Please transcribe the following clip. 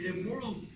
immoral